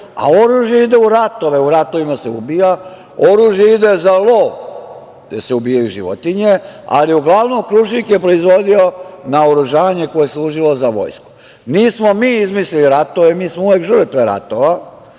a oružje ide u ratove, u ratovima se ubija, oružje ide za lov, gde se ubijaju životinje, ali u glavnom Kuršik je proizvodio naoružanje koje je služilo za vojsku. Nismo mi izmislili ratove, mi smo uvek žrtve ratova,